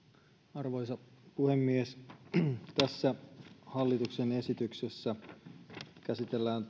arvoisa puhemies tässä hallituksen esityksessä käsitellään